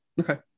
Okay